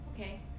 okay